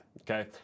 okay